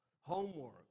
homework